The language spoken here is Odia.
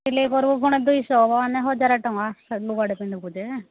ସିଲେଇ କର୍ବୁ ପୁଣି ଦୁଇଶହ ମାନେ ହଜାର ଟଙ୍କା ଲୁଗାଟେ ପିନ୍ଧିବୁ ଯେ